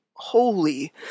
holy